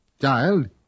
Child